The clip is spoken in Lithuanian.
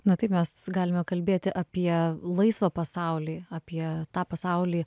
na taip mes galime kalbėti apie laisvą pasaulį apie tą pasaulį